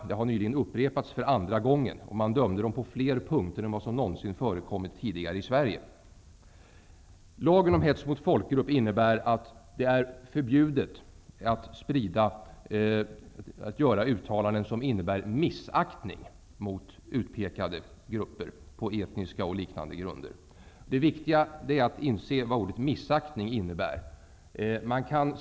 Brottet upprepades nyligen för andra gången, och de ansvariga dömdes på fler punkter än vad som tidigare förekommit i Lagen om hets mot folkgrupp innebär att det är förbjudet att göra uttalanden som innebär en missaktning på etniska och liknande grunder mot utpekade grupper. Det viktiga är att inse vad ordet ''missaktning'' innebär.